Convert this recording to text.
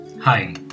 Hi